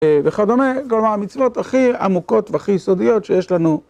וכדומה, כלומר, המצוות הכי עמוקות והכי יסודיות שיש לנו.